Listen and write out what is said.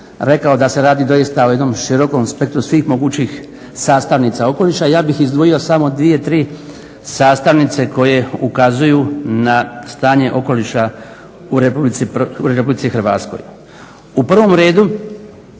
rekao da se radi doista o jednom širokom spektru svih mogućih sastavnica okoliša. Ja bih izdvojio samo dvije, tri sastavnice koje ukazuju na stanje okoliša u Republici Hrvatskoj. U prvom redu,